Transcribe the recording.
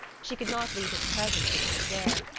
she could not leave his presence when he was there,